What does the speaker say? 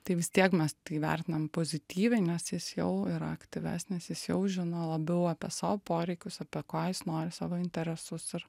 tai vis tiek mes tai vertinam pozityviai nes jis jau yra aktyvesnis jis jau žino labiau apie savo poreikius apie ko jis nori savo interesus ir